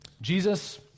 Jesus